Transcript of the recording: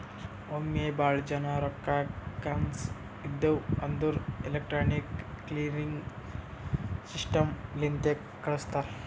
ಒಮ್ಮೆ ಭಾಳ ಜನಾ ರೊಕ್ಕಾ ಕಳ್ಸವ್ ಇದ್ಧಿವ್ ಅಂದುರ್ ಎಲೆಕ್ಟ್ರಾನಿಕ್ ಕ್ಲಿಯರಿಂಗ್ ಸಿಸ್ಟಮ್ ಲಿಂತೆ ಕಳುಸ್ತಾರ್